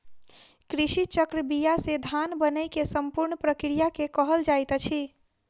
कृषि चक्र बीया से धान बनै के संपूर्ण प्रक्रिया के कहल जाइत अछि